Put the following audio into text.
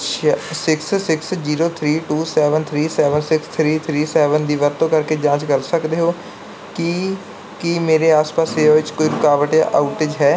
ਛਿ six six zero three two seven three seven six three three seven ਦੀ ਵਰਤੋਂ ਕਰਕੇ ਜਾਂਚ ਕਰ ਸਕਦੇ ਹੋ ਕਿ ਕੀ ਮੇਰੇ ਆਸ ਪਾਸ ਸੇਵਾ ਵਿੱਚ ਕੋਈ ਰੁਕਾਵਟ ਜਾਂ ਆਉਟੇਜ ਹੈ